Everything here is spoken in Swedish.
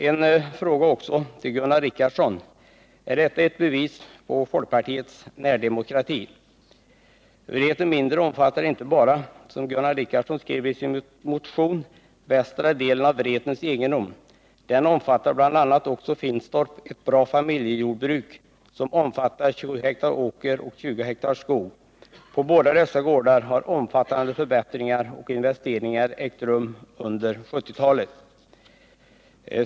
En fråga också till Gunnar Richardson: Är detta ett bevis på folkpartiets närdemokrati? Vreten mindre omfattar inte bara, som Gunnar Richardson skriver i sin motion, västra delen av Vretens egendom. Det omfattar bl.a. också Finnstorp, ett bra familjejordbruk som är på 27 hektar åker och 20 hektar skog. På båda dessa gårdar har omfattande förbättringar och investeringar ägt rum under 1970-talet.